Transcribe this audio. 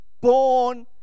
born